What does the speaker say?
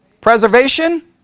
Preservation